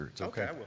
okay